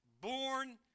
born